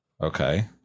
Okay